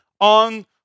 on